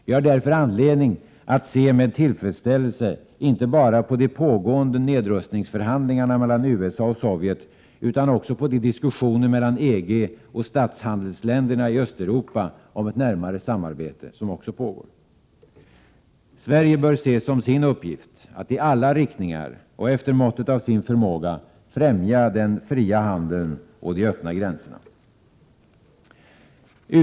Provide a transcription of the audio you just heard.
Vi har därför anledning att se med tillfredsställelse inte bara på de pågående nedrustningsförhandlingarna mellan USA och Sovjet utan också på de diskussioner som pågår mellan EG och statshandelsländerna i Östeuropa om närmare samarbete. Sverige bör se som sin uppgift att i alla riktningar och efter måttet av sin förmåga främja den fria handeln och de Öppna gränserna.